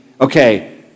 Okay